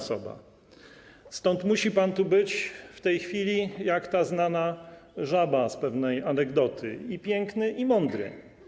Stąd musi pan być w tej chwili, jak ta znana żaba z pewnej anegdoty, i piękny, i mądry.